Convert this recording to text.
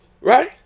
right